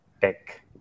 tech